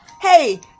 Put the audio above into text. hey